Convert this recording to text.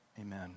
Amen